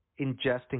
ingesting